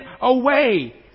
away